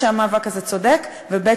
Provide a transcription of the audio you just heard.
שהמאבק הזה צודק, וב.